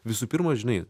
visų pirma žinai